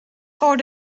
voor